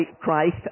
Christ